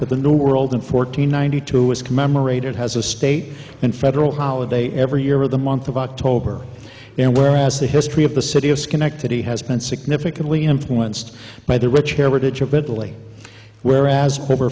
with the new world in fourteen ninety two was commemorated has a state and federal holiday every year of the month of october and whereas the history of the city of schenectady has been significantly influenced by the rich heritage of italy whereas